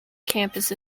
campus